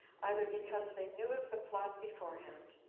either because they knew of the plot beforehand,